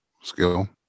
skill